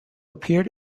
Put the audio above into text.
appeared